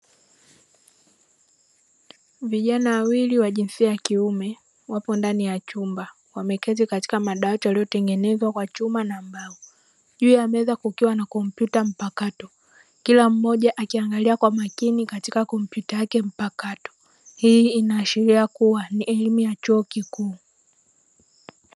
Vijana wawili wa jinsia ya kiume wapo ndani ya chumba wameketi katika madawati yaliyotengenezwa kwa chuma na mbao juu ya meza kukiwa na kompyuta mpakato kila mmoja akiangalia kwa makini juu ya kompyuta mpakato hii ikishiria kuwa ni elimu ya chuo kikuu.